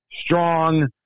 strong